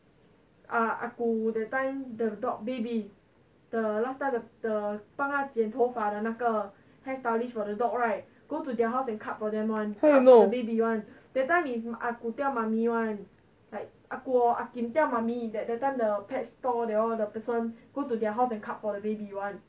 how you know